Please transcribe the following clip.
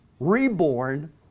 Reborn